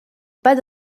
pas